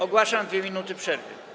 Ogłaszam 2 minuty przerwy.